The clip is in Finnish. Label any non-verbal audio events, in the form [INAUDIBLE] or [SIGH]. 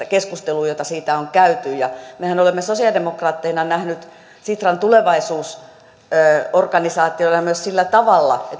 [UNINTELLIGIBLE] keskusteluun jota siitä on käyty mehän olemme sosialidemokraatteina nähneet sitran tulevaisuusorganisaation myös sillä tavalla